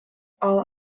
all